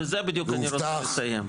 בזה בדיוק אני רוצה לסיים.